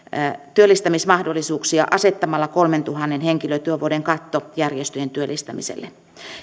työllistämismahdollisuuksia asettamalla kolmentuhannen henkilötyövuoden katto järjestöjen työllistämiselle